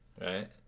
right